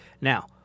Now